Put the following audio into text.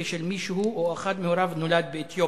ושל מי שהוא או אחד מהוריו נולד באתיופיה.